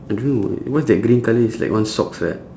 I don't know what's that green colour it's like one sock like that